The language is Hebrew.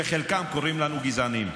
שחלקם קוראים לנו "גזענים",